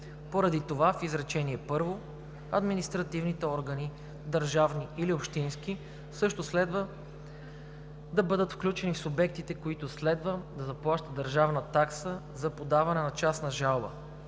Поради това в изречение първо административните органи – държавни или общински, също следва да бъдат включени в субектите, които следва да заплащат държавна такса за подаване на частна жалба,